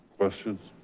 questions?